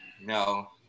No